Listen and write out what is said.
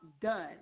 done